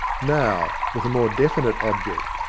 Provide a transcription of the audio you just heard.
now, with a more definite object,